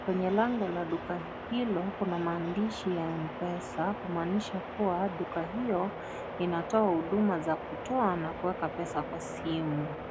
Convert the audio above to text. Kwenye lango la duka hilo kuna maadishi ya MPESA, kumaanisha kuwa duka hiyo inatoa huduma za kutoa na kuweka pesa kwa simu.